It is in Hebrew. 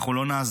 אנחנו לא נעזוב,